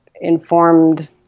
informed